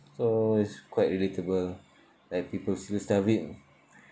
so it's quite relatable like people still starving